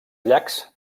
llacs